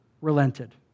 relented